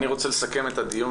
אני רוצה לסכם את הדיון.